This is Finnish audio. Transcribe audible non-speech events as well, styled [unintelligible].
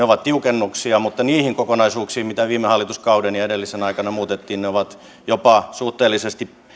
[unintelligible] ovat tiukennuksia mutta niihin kokonaisuuksiin mitä viime hallituskauden ja edellisen aikana muutettiin ne ovat jopa suhteellisesti